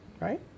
Right